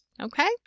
Okay